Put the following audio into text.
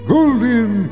Golden